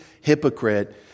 hypocrite